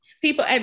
People